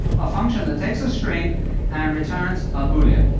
um a function that takes a string and returns a bullion,